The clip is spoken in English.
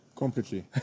Completely